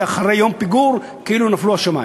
שאחרי יום פיגור כאילו נפלו השמים.